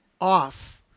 off